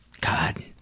God